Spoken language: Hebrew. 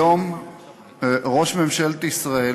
היום ראש ממשלת ישראל